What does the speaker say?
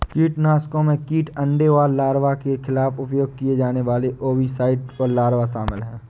कीटनाशकों में कीट अंडे और लार्वा के खिलाफ उपयोग किए जाने वाले ओविसाइड और लार्वा शामिल हैं